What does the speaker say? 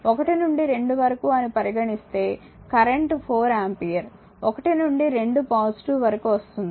1 నుండి 2 వరకు అని పరిగణిస్తే కరెంట్ 4 ఆంపియర్ 1 నుండి 2 పాజిటివ్ వరకు ప్రవహిస్తుంది